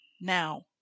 now